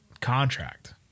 contract